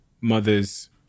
mother's